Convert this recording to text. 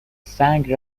سنگ